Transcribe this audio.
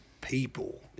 people